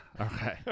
Okay